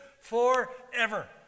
forever